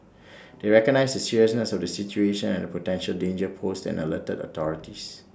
they recognised the seriousness of the situation and the potential danger posed and alerted the authorities